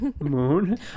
moon